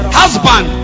husband